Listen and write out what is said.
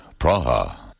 Praha